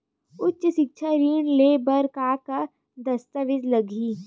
उच्च सिक्छा ऋण ले बर का का दस्तावेज लगही?